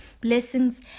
blessings